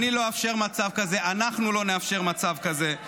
אני לא אאפשר מצב כזה, אנחנו לא נאפשר מצב כזה.